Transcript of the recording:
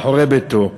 מאחורי ביתו,